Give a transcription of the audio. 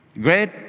Great